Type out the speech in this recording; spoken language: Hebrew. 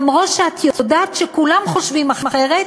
למרות שאת יודעת שכולם חושבים אחרת,